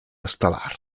estel·lar